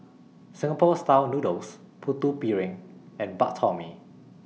Singapore Style Noodles Putu Piring and Bak Chor Mee